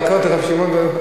רבי שמעון בר יוחאי.